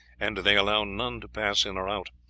and they allow none to pass in or out.